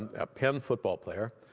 and a penn football player.